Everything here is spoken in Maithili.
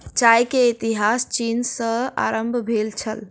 चाय के इतिहास चीन सॅ आरम्भ भेल छल